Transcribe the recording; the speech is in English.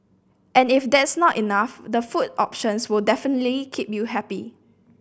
and if that's not enough the food options will definitely keep you happy